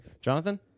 Jonathan